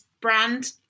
brand